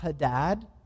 Hadad